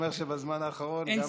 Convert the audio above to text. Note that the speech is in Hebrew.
שבזמן האחרון גם הגישה, כן.